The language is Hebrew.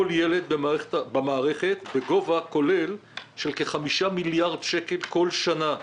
ילד במערכת בגובה כולל של כ-5 מיליארד שקלים כל שנה,